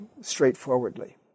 straightforwardly